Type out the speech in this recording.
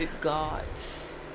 gods